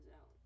out